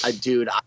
dude